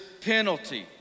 penalty